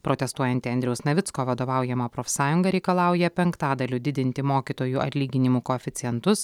protestuojanti andriaus navicko vadovaujama profsąjunga reikalauja penktadaliu didinti mokytojų atlyginimų koeficientus